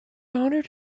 honoured